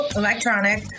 electronic